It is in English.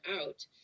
out